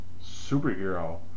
superhero